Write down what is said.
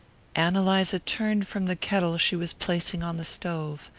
ann eliza turned from the kettle she was placing on the stove.